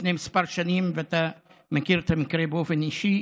לפני כמה שנים, ואתה מכיר את המקרה באופן אישי,